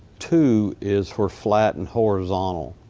two is for flat and horizontal.